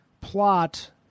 plot